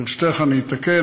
ברשותך, אני אתקן.